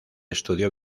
estudió